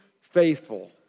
faithful